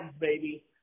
baby